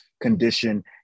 condition